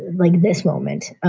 like this moment,